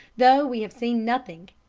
though we have seen nothing.